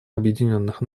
объединенных